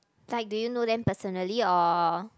like do you know them personally or